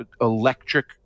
electric